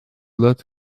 lat